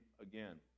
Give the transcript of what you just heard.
again